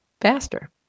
Faster